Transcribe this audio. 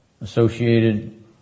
associated